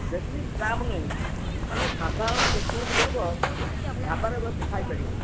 ବେଶୀ ଦାମ ନୁହେଁ ମାନେ ସାଧାରଣ ଯେକୌଣସି ଲୋକ ଢ଼ାବାରେ ବସି ଖାଇପାରିବ